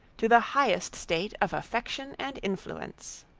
to the highest state of affection and influence.